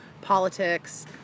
politics